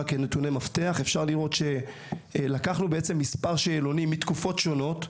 אפשר לראות שלקחנו מספר שאלונים מתקופות שונות,